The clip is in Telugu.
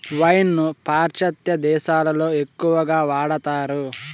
వైన్ ను పాశ్చాత్య దేశాలలో ఎక్కువగా వాడతారు